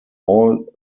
all